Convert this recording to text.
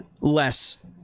less